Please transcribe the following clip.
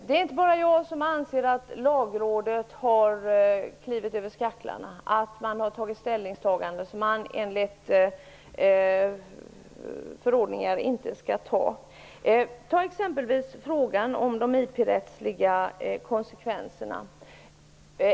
Det är inte bara jag som anser att Lagrådet har hoppat över skaklarna, att man har gjort ställningstaganden som man inte har att göra. Ta exempelvis frågan om de IP-rättsliga konsekvenserna.